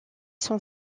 sont